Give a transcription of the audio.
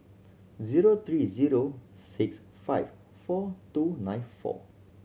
zero three zero six five four two nine four